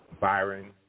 Byron